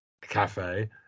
Cafe